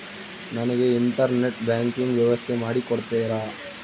ನನಗೆ internet banking ವ್ಯವಸ್ಥೆ ಮಾಡಿ ಕೊಡ್ತೇರಾ?